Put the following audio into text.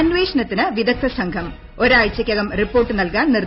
അന്വേഷണത്തിന് വിദഗ്ധ സംഘം ഒരാഴ്ചയ്ക്കകം റിപ്പോർട്ട് നൽകാൻ നിർദ്ദേശം